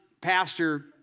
pastor